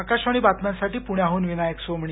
आकाशवाणी बातम्यांसाठी पुण्याहून विनायक सोमणी